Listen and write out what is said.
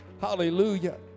hallelujah